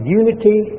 unity